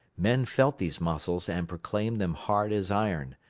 men felt these muscles and proclaimed them hard as iron,